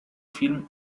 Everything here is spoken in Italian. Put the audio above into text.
film